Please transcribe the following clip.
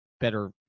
better